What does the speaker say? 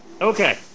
Okay